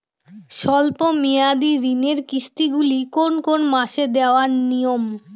স্বল্প মেয়াদি ঋণের কিস্তি গুলি কোন কোন মাসে দেওয়া নিয়ম?